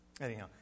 Anyhow